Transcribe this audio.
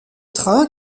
trains